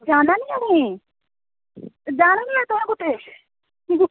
जाना नी घरै गी जाना नी कुदै